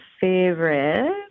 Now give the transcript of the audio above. favorite